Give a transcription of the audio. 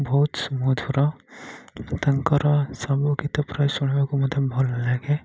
ବହୁତ ସୁମଧୁର ତାଙ୍କର ସବୁ ଗୀତ ପ୍ରାୟ ଶୁଣିବାକୁ ମୋତେ ଭଲ ଲାଗେ